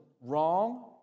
wrong